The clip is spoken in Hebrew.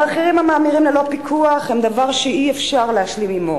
המחירים המאמירים ללא פיקוח הם דבר שאי-אפשר להשלים עמו.